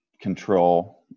control